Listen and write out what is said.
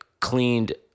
cleaned